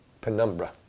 Penumbra